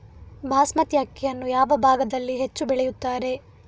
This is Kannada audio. ಬಾಸ್ಮತಿ ಅಕ್ಕಿಯನ್ನು ಯಾವ ಭಾಗದಲ್ಲಿ ಹೆಚ್ಚು ಬೆಳೆಯುತ್ತಾರೆ?